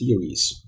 theories